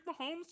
Mahomes